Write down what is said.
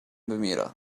bermuda